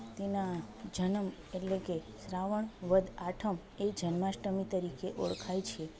તેના જનમ એટલે કે શ્રાવણ વદ આઠમ એ જન્માષ્ટમી તરીકે ઓળખાય છે